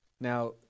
now